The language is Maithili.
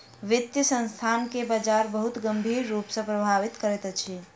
वित्तीय संस्थान के बजार बहुत गंभीर रूप सॅ प्रभावित करैत अछि